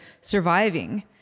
surviving